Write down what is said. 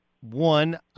one